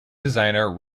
designer